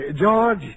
George